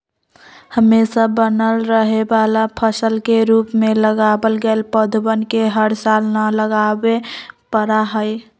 हमेशा बनल रहे वाला फसल के रूप में लगावल गैल पौधवन के हर साल न लगावे पड़ा हई